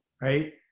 Right